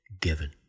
given